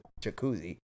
jacuzzi